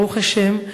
ברוך השם,